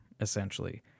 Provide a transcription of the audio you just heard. essentially